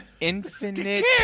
infinite